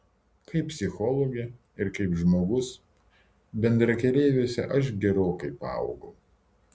kaip psichologė ir kaip žmogus bendrakeleiviuose aš gerokai paaugau